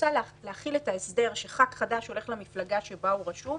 לשנות את ההסדר - כמובן הוועדה רשאית לעשות את זה - להגיד: נכון,